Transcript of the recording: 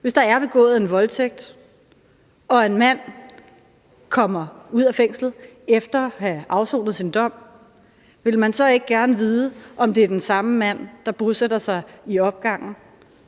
Hvis der er begået en voldtægt, og en mand kommer ud af fængslet efter at have afsonet sin dom, ville man så ikke gerne vide, om det er den samme mand, der bosætter sig i opgangen,